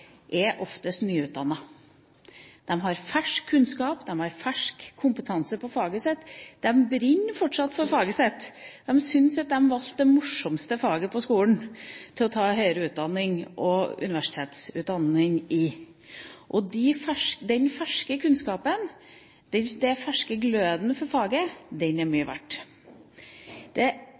jobber, oftest er nyutdannede. De har fersk kunnskap, de har fersk kompetanse i faget sitt, de brenner fortsatt for faget sitt og de syns at de valgte det morsomste faget på skolen å ta høyere utdanning og universitetsutdanning i. Denne ferske kunnskapen og denne ferske gløden for faget er mye verdt. Det